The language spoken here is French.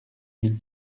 mille